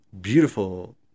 beautiful